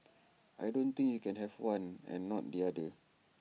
I don't think you can have one and not the other